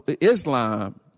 Islam